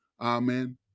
Amen